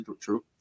true